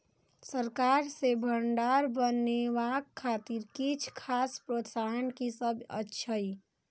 सरकार सँ भण्डार बनेवाक खातिर किछ खास प्रोत्साहन कि सब अइछ?